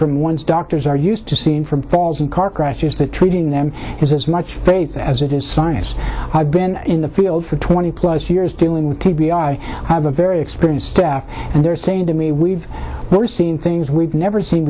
from ones doctors are used to seeing from falls in car crashes to treating them as much face as it is science i've been in the field for twenty plus years dealing with t b i i have a very experienced staff and they're saying i mean we've all seen things we've never seen